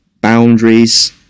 boundaries